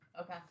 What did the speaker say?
okay